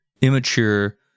immature